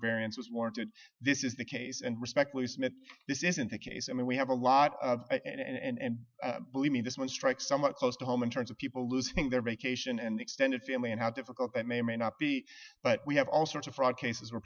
variance was warranted this is the case and respect this isn't the case i mean we have a lot and believe me this one strike somewhat close to home in terms of people losing their vacation and extended family and how difficult that may or may not be but we have all sorts of fraud cases where